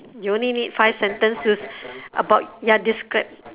you only need five sentences about ya describe